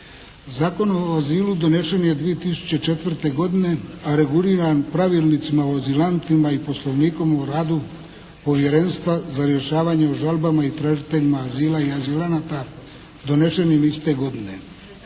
Zakon o azilu donesen je 2004. godine, a reguliran pravilnicima o azilantima i Poslovnikom o radu Povjerenstva za rješavanje o žalbama i tražiteljima azila i azilanata donešenim iste godine.